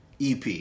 EP